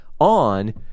on